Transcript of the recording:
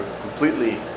completely